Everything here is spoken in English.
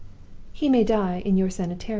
he may die in your sanitarium.